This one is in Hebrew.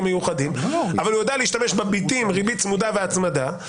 מיוחדים אבל הוא יודע להשתמש בבתים ריבית צמודה והצמדה.